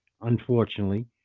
unfortunately